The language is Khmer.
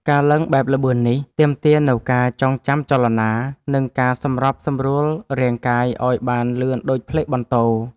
ការឡើងបែបល្បឿននេះ ទាមទារនូវការចងចាំចលនា និងការសម្របសម្រួលរាងកាយឱ្យបានលឿនដូចផ្លេកបន្ទោរ។